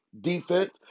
defense